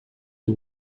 hoe